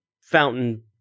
fountain